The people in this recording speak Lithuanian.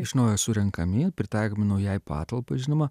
iš naujo surenkami pritaikomi naujai patalpai žinoma